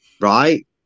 right